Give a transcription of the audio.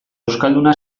euskalduna